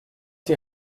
die